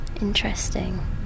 Interesting